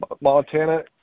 Montana